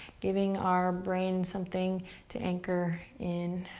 giving our brain something to anchor in.